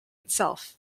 itself